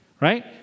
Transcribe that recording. right